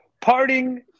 Parting